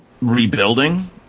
rebuilding